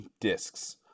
discs